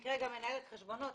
במקרה מנהלת חשבונות.